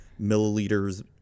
milliliters